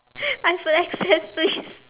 iPhone X_S please